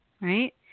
right